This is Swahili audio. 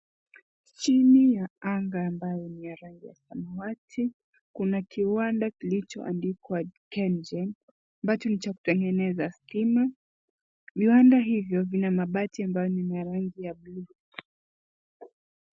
Chini ya anga ambayo ni ya rangi ya samawati kuna kiwanda kilichoandikwa KenGen ambacho ni cha kutengeneza stima. Viwanda hivyo vina mabati ambayo ni ya rangi ya bluu.